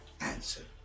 answer